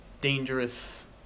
dangerous